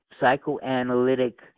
psychoanalytic